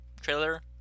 trailer